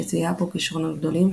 שזיהה בו כישרונות גדולים,